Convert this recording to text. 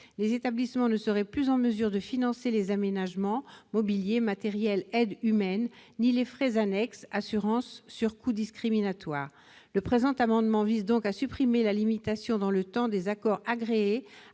Les établissements ne seraient plus en mesure de financer ni les aménagements, qu'il s'agisse du mobilier, du matériel ou des aides humaines, ni les frais annexes- assurances, surcoûts discriminatoires, etc. Cet amendement vise donc à supprimer la limitation dans le temps des accords agréés,